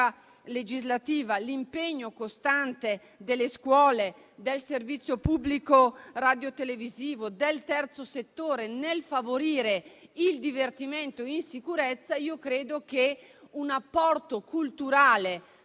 legislativa l'impegno costante delle scuole, del Servizio pubblico radiotelevisivo, del terzo settore nel favorire il divertimento in sicurezza, con un apporto culturale